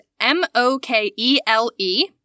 M-O-K-E-L-E